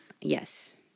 Yes